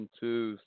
two